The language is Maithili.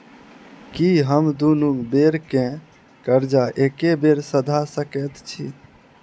की हम दुनू बेर केँ कर्जा एके बेर सधा सकैत छी?